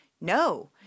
no